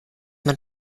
man